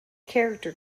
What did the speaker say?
character